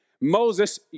Moses